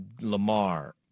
Lamar